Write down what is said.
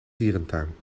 dierentuin